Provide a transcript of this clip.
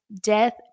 death